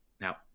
Now